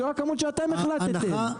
זו הכמות שאתם החלטתם.